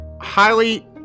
highly